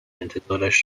انتظارش